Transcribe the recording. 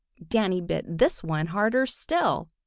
danny bit this one harder still,